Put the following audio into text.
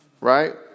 right